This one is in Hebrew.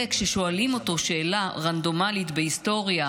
זה שכששואלים אותו שאלה רנדומלית בהיסטוריה,